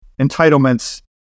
entitlements